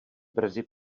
brzy